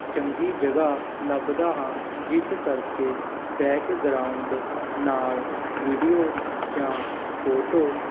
ਚੰਗੀ ਜਗ੍ਹਾ ਲੱਭਦਾ ਹਾਂ ਜਿਸ ਕਰਕੇ ਬੈਕਗਰਾਊਂਡ ਨਾਲ਼ ਵੀਡੀਓ ਜਾਂ ਫੋਟੋ